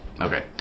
Okay